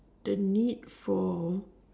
the need for